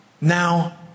Now